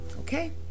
Okay